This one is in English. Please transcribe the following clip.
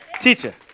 teacher